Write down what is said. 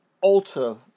alter